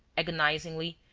agonizingly,